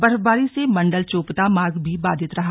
बर्फबारी से मंडल चोपता मार्ग भी बाधित रहा